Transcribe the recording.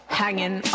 hanging